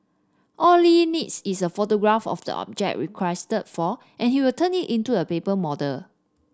all Li needs is a photograph of the object requested for and he will turn it into a paper